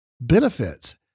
benefits